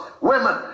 women